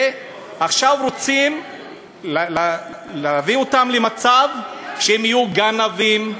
ועכשיו רוצים להביא אותם למצב שהם יהיו גנבים.